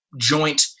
joint